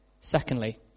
Secondly